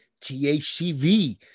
THCV